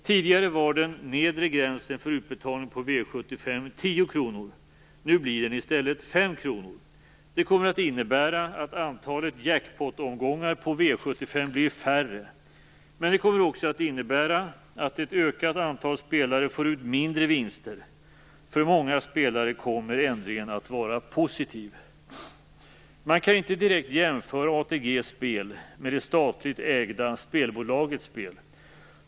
Tidigare var den nedre gränsen 10 kr för utbetalning på V 75. Nu blir den i stället 5 kr. Det kommer att innebära att antalet jackpotomgångar på V 75 blir färre. Men det kommer också att innebära att ett ökat antal spelare får ut mindre vinster. För många spelare kommer ändringen att vara positiv. Man kan inte direkt jämföra ATG:s spel med det statligt ägda spelbolagets spel.